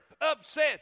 upset